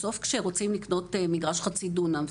בסוף כשרוצים לקנות מגרש חצי דונם,